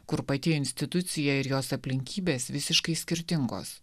kur pati institucija ir jos aplinkybės visiškai skirtingos